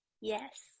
Yes